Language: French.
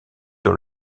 dans